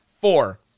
four